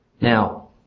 now